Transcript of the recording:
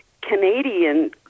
canadian